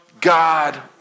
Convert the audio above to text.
God